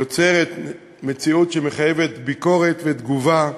יוצרת מציאות שמחייבת ביקורת ותגובה,